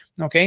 okay